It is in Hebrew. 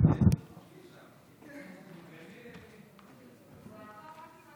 אדוני היושב-ראש,